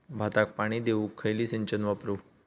भाताक पाणी देऊक खयली सिंचन वापरू?